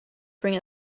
bring